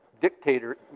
dictator